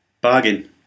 bargain